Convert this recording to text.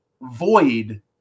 void